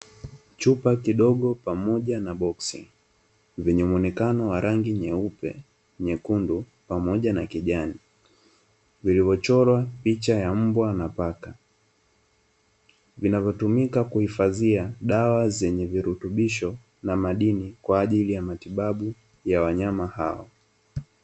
Chupa kidogo pamoja na boksi vyenye muonekano wa rangi; nyeupe nyekundu pamoja na kijani vilivyochorwa picha ya mbwa na paka vinavyotumika katika kuhifadhia dawa zenye virutubisho na madini kwa ajili ya wanyama hao.